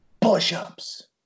push-ups